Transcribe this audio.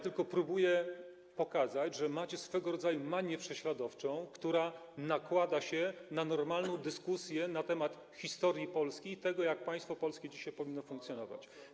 Tylko próbuję pokazać, że macie swego rodzaju manię prześladowczą, która nakłada się na normalną dyskusję na temat historii Polski i tego, jak państwo polskie dzisiaj powinno funkcjonować.